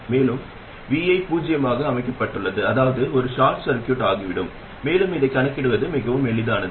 மேலும் vi பூஜ்ஜியமாக அமைக்கப்பட்டுள்ளது அதாவது இது ஒரு ஷார்ட் சர்க்யூட் ஆகிவிடும் மேலும் இதை கணக்கிடுவது மிகவும் எளிதானது